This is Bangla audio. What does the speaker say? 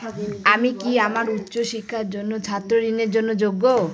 আমি কি আমার উচ্চ শিক্ষার জন্য ছাত্র ঋণের জন্য যোগ্য?